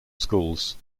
schools